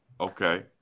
Okay